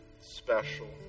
special